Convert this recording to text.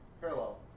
Parallel